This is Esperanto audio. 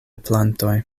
plantoj